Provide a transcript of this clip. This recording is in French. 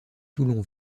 toulon